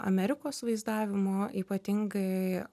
amerikos vaizdavimo ypatingai